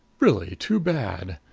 really too bad!